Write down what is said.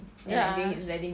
ya